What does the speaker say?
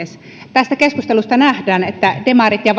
tästä keskustelusta nähdään että demarit ja